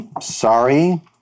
Sorry